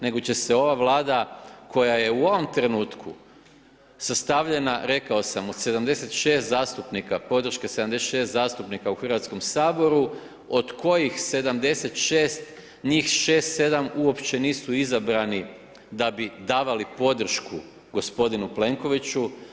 Nego će se ova Vlada koja je u ovom trenutku sastavljena rekao sam od 76 zastupnika podrške 76 zastupnika u Hrvatskom saboru, od kojih 76, njih 6, 7 uopće nisu izabrani da bi davali podršku gospodinu Plenkoviću.